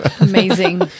Amazing